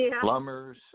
plumbers